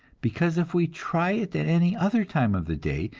because if we try it at any other time of the day,